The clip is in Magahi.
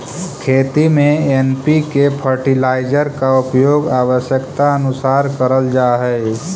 खेती में एन.पी.के फर्टिलाइजर का उपयोग आवश्यकतानुसार करल जा हई